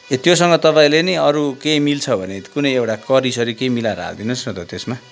ए त्योसँग तपाईँले नि अरू के मिल्छ भने कुनै एउटा करीसरी केही मिलाएर हालिदिनुहोस् न त त्यसमा